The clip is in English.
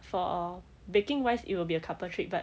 for baking wise it will be a couple trip but